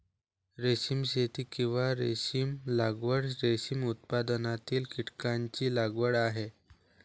रेशीम शेती, किंवा रेशीम लागवड, रेशीम उत्पादनातील कीटकांची लागवड आहे